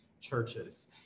churches